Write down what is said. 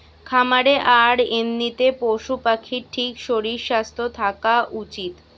খামারে আর এমনিতে পশু পাখির ঠিক শরীর স্বাস্থ্য থাকা উচিত